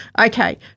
Okay